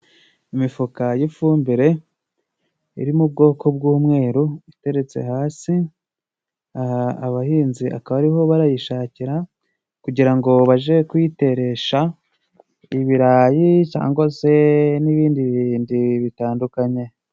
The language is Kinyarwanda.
Imifuka y'ifumbire iri mu bwoko bw'umweru, iteretse hasi aha abahinzi akaba ari ho barayishakira kugira ngo baje kuyiteresha ibirayi, cangwa se n'ibindi bindi bitandukanye.